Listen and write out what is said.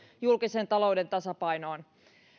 julkisen talouden tasapainoon